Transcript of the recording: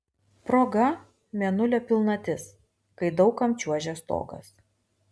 proga mėnulio pilnatis kai daug kam čiuožia stogas